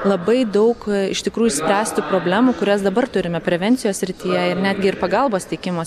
labai daug iš tikrųjų spręstų problemų kurias dabar turime prevencijos srityje ir netgi ir pagalbos teikimo